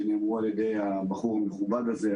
שנאמרו על ידי הבחור המכובד הזה,